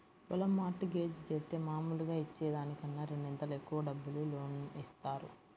పొలం mortgage జేత్తే మాములుగా ఇచ్చే దానికన్నా రెండింతలు ఎక్కువ డబ్బులు లోను ఇత్తారు